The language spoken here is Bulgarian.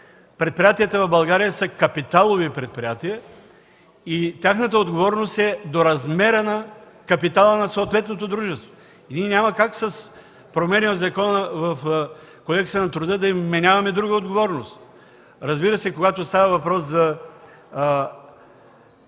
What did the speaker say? предприятията в България са капиталови предприятия и тяхната отговорност е до размера на капитала на съответното дружество. Няма как с промени в Кодекса на труда да им вменяваме друга отговорност. Разбира се, когато става въпрос за